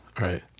Right